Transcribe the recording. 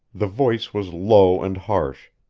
the voice was low and harsh,